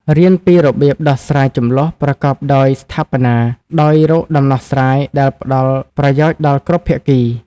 រៀនពីរបៀបដោះស្រាយជម្លោះប្រកបដោយស្ថាបនា ដោយរកដំណោះស្រាយដែលផ្តល់ប្រយោជន៍ដល់គ្រប់ភាគី។